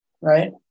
right